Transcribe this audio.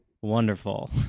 Wonderful